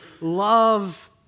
love